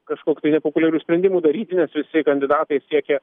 kažkok tai nepopuliarių sprendimų daryt nes visi kandidatai siekia